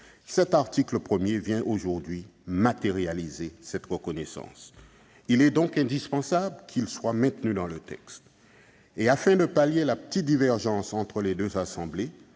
cet article 1 vient aujourd'hui concrétiser cette reconnaissance. Il est donc indispensable qu'il soit maintenu dans le texte. Afin de surmonter la petite divergence entre les deux assemblées,